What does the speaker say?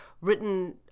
written